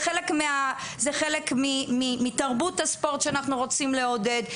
זה חלק מתרבות הספורט שאנחנו רוצים לעודד.